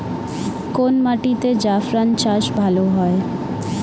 কোন মাটিতে জাফরান চাষ ভালো হয়?